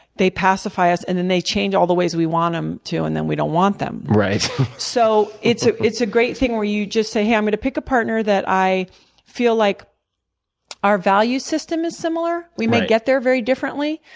they pacify us and then they change all the ways we want them to, and then we don't want them. so it's ah it's a great thing where you just say, hey, i'm going to pick a partner that i feel like our value system is similar, we may get there very differently,